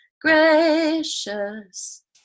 gracious